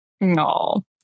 No